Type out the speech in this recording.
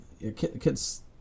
kids